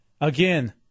Again